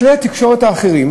בכלי התקשורת האחרים